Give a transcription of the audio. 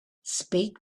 speak